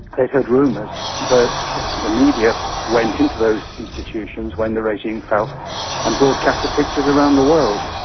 they'd heard rumours, but the media went into those institutions when the regime fell and broadcast the pictures around the world.